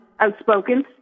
outspoken